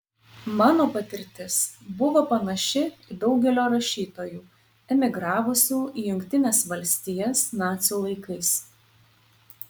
mano patirtis buvo panaši į daugelio rašytojų emigravusių į jungtines valstijas nacių laikais